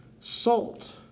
salt